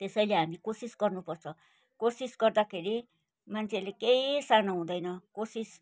त्यसैले हामी कोसिस गर्नुपर्छ कोसिस गर्दाखेरि मान्छेहरूले केही सानो हुँदैन कोसिस